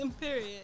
Period